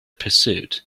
pursuit